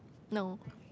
no